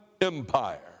Empire